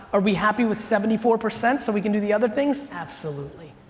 are we happy with seventy four percent so we can do the other things? absolutely.